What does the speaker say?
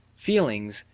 feelings,